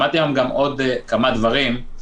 שמעתי היום גם עוד כמה דברים.